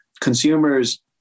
Consumers